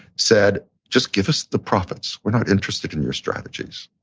said, just give us the profits. we're not interested in your strategies.